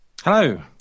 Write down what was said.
hello